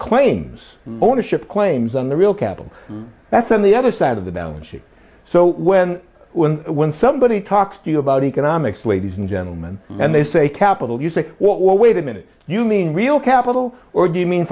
claims ownership claims on the real capital that's on the other side of the balance sheet so when when when somebody talks to you about economics ladies and gentleman and they say capital you say well wait a minute you mean real capital or do you mean